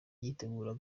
yitegura